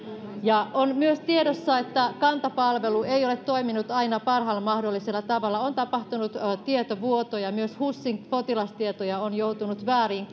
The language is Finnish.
on myös tiedossa että kanta palvelu ei ole toiminut aina parhaalla mahdollisella tavalla on tapahtunut tietovuotoja ja myös husin potilastietoja on joutunut vääriin